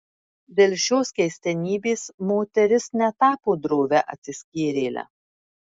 dėl šios keistenybės moteris netapo drovia atsiskyrėle